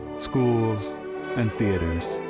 schools and theatres.